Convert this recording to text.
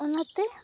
ᱚᱱᱟᱛᱮ